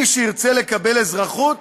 מי שירצה לקבל אזרחות,